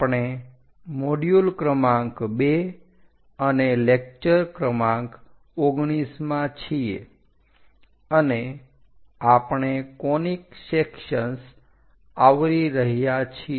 આપણે મોડ્યુલ ક્રમાંક 2 અને લેકચર ક્રમાંક 19 માં છીએ અને આપણે કોનીક સેકસન્સ આવરી રહ્યા છીએ